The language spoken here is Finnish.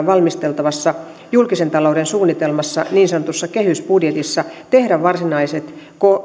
valmisteltavassa julkisen talouden suunnitelmassa niin sanotussa kehysbudjetissa tehdä varsinaiset